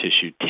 tissue